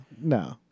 No